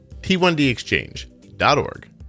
T1DExchange.org